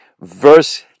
Verse